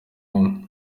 umwe